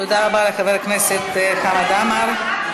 תודה רבה לחבר הכנסת חמד עמאר.